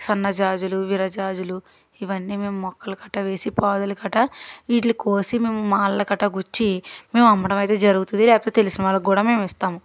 సన్నజాజులు విరజాజులు ఇవన్నీ మేము మొక్కలు గట్రా వేసి పాదులు గట్రా వీటిని కోసి మేము మాలలు గట్రా గుచ్చి మేము అమ్మడం అయితే జరుగుతుంది లేకపోతే తెలిసిన వాళ్ళకు కూడా మేము ఇస్తాము